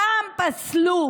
פעם פסלו